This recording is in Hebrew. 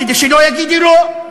כדי שלא יגידו "לא",